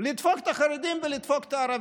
לדפוק את החרדים ולדפוק את הערבים,